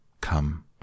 Come